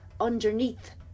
underneath